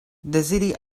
deziri